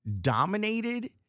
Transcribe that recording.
dominated